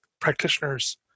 practitioners